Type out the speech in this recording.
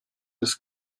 des